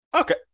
Okay